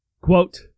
Quote